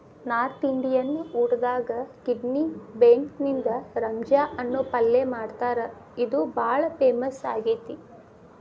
north Indian ಊಟದಾಗ kidney ಬೇನ್ಸ್ನಿಂದ ರಾಜ್ಮಾ ಅನ್ನೋ ಪಲ್ಯ ಮಾಡ್ತಾರ ಇದು ಬಾಳ ಫೇಮಸ್ ಆಗೇತಿ